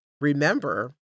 Remember